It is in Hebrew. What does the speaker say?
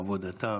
עבודתם,